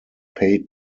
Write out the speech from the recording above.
paid